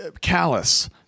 callous